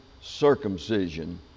circumcision